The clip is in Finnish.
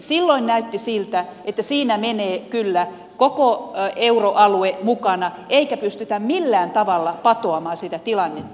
silloin näytti siltä että siinä menee kyllä koko euroalue mukana eikä pystytä millään tavalla patoamaan sitä tilannetta